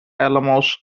alamos